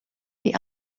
die